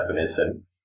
definition